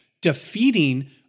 defeating